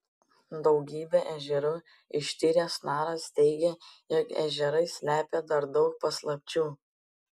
daugybę ežerų ištyręs naras teigia jog ežerai slepia dar daug paslapčių